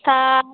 তা